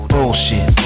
Bullshit